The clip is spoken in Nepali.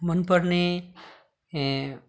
मनपर्ने